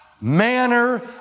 manner